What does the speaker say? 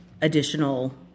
additional